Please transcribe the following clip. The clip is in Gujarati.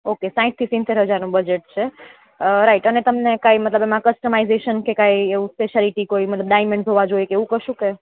ઓકે સાહીઠથી સિત્તેર હજારનું બજેટ છે રાઇટ અને તમને કંઇ મતલબ કસ્ટમાઈસેશન કે કાંઈ એવું સ્પેસીઆલીટી કે કોઈ ડાઈમન્ડ જોવા જોએ કે એવું કશું કે